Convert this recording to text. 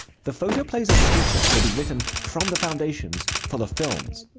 the photoplays of the future will be written from the foundations for the films.